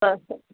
ಹಾಂ ಸರ್